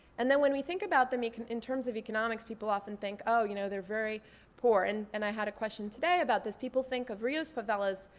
and then when we think about them in terms of economics, people often think, oh, you know they're very poor. and and i had a question today about this. people think of rio's favelas,